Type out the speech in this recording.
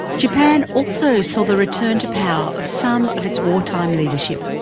japan also saw the return to power of some of its war time leadership.